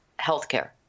healthcare